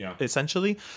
essentially